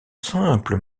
simple